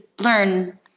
learn